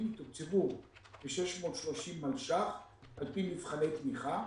תוקצבו ב-630 מלש"ח על פי מבחני תמיכה,